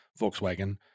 Volkswagen